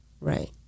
right